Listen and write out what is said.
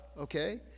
okay